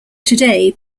today